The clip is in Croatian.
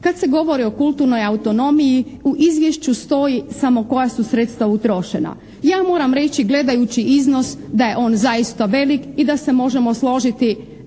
Kad se govori o kulturnoj autonomiji u izvješću stoji samo koja su sredstva utrošena. Ja moram reći gledajući iznos da je on zaista velik i da se možemo složiti